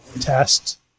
test